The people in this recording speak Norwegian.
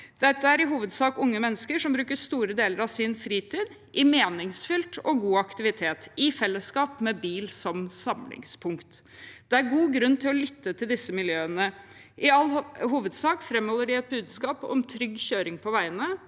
Dette er i hovedsak unge mennesker som bruker store deler av sin fritid på meningsfylt og god aktivitet i fellesskap, med bil som samlingspunkt. Det er god grunn til å lytte til disse miljøene. De framholder i all hovedsak et budskap om trygg kjøring på veiene,